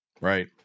Right